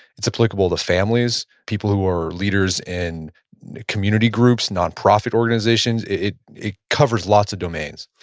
it's applicable to families, people who are leaders in community groups, nonprofit organizations, it it covers lots of domains